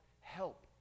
help